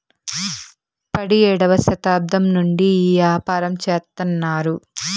పడియేడవ శతాబ్దం నుండి ఈ యాపారం చెత్తన్నారు